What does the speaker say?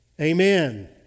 amen